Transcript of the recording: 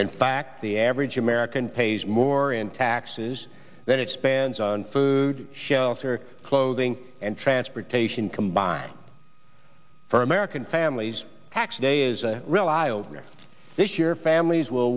in fact the average american pays more in taxes than expands on food shelter clothing and transportation combined for american families tax day is a real eye opener this year families will